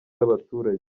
y’abaturage